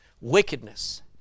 wickedness